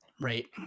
right